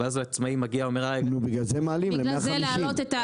ואז עצמאי מגיע ואומר --- בגלל זה מעלים ל-150 אלף.